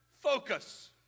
focus